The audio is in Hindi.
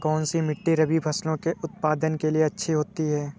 कौनसी मिट्टी रबी फसलों के उत्पादन के लिए अच्छी होती है?